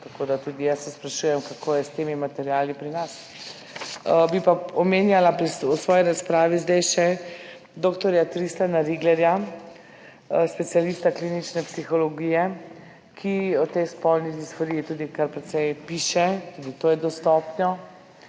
tako da se sprašujem, kako je s temi materiali tudi pri nas. Bi pa omenila v svoji razpravi zdaj še dr. Tristana Riglerja, specialista klinične psihologije, ki o tej spolni disforiji tudi kar precej piše, tudi to je dostopno,